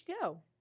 go